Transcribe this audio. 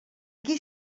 qui